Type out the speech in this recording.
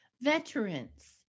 Veterans